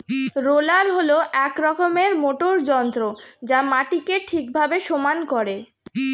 roller হল এক রকমের মোটর যন্ত্র যা মাটিকে ঠিকভাবে সমান করে